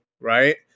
right